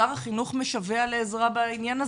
שר החינוך משווע לעזרה בעניין הזה.